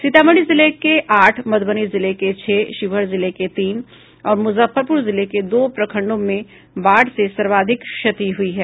सीतामढ़ी जिले के आठ मधुबनी जिले के छह शिवहर जिले के तीन और मुजफ्फरपुर जिले के दो प्रखंडों में बाढ़ से सर्वाधिक क्षति हुई है